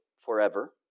forever